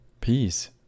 peace